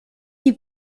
die